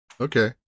okay